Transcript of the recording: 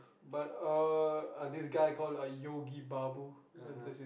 but uh this guy called Yogi Babu th~ that's his